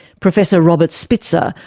professor robert spitzer,